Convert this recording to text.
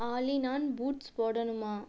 ஆலி நான் பூட்ஸ் போடணுமா